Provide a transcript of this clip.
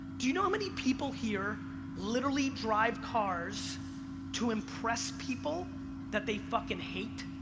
do you know how many people here literally drive cars to impress people that they fucking hate?